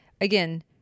again